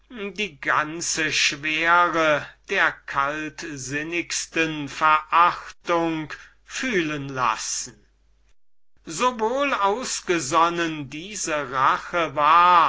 die ganze schwere der kaltsinnigsten verachtung fühlen lassen so wohlausgesonnen diese rache war